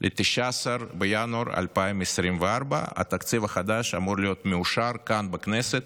ל-19 בינואר 2024. התקציב החדש אמור להיות מאושר כאן בכנסת